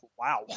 wow